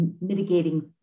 mitigating